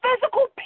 physical